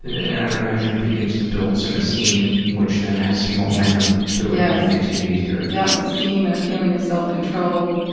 and i would imagine it begins to build some esteem, which then has some momentum to yeah it, and makes it easier. dr. yup, esteem and a feeling of self-control,